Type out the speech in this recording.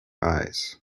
eyes